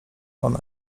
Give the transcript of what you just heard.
ona